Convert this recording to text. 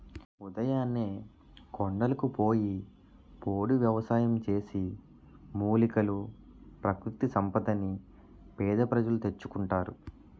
ఉదయాన్నే కొండలకు పోయి పోడు వ్యవసాయం చేసి, మూలికలు, ప్రకృతి సంపదని పేద ప్రజలు తెచ్చుకుంటారు